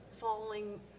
falling